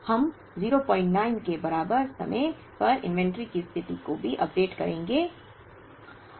हम 09 के बराबर समय पर इन्वेंट्री की स्थिति को भी अपडेट करेंगे